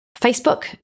Facebook